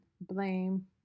blame